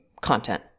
content